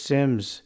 Sims